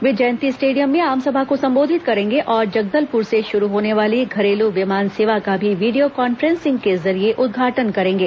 वे Jayanti stadium में आमसभा को संबोधित करेंगे और जगदलपुर से शुरू होने वाली घरेलू विमान सेवा का भी वीडियो कॉन्फ्रेंसिंग के जरिये उद्घाटन करेंगे